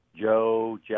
Joe